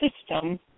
system